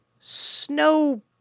snow